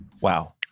Wow